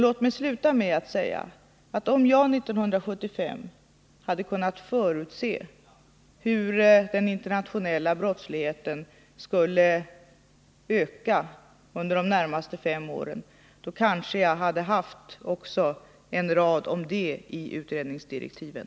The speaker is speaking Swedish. Låt mig sluta med att säga att om jag 1975 hade kunnat förutse hur den internationella brottsligheten skulle öka under de närmaste fem åren, kanske jag också hade haft en rad om det i utredningsdirektiven.